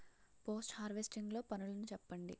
Post harvesting లో పనులను చెప్పండి?